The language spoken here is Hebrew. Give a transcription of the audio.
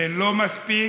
זה לא מספיק,